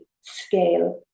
scale